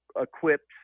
equipped